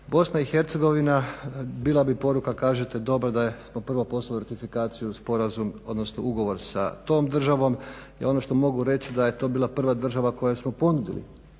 BiH bila bi poruka kažete dobro da smo … ratifikaciju, sporazum odnosno ugovor sa tom državom jel ono što mogu reći da je to bila prva država koju smo ponudili